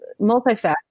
multifaceted